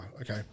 okay